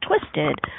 twisted